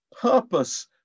purpose